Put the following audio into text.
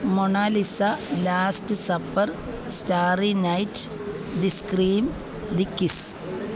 Mona Lisa last supper starry night the scream the kiss